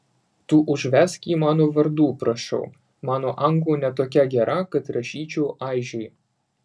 tu užvesk jį mano vardu prašau mano anglų ne tokia gera kad rašyčiau aižei